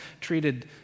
treated